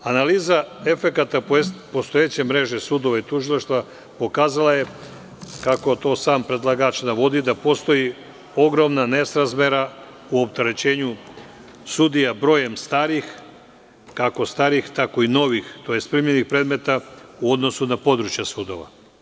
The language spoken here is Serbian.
Analiza efekata postojeće mreže sudova i tužilaštava pokazala je, kako to sam predlagač navodi, da postoji ogromna nesrazmera u opterećenju sudija brojem kako starih, tako i novih, tj. primljenih predmeta u odnosu na područja sudova.